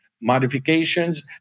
modifications